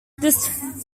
this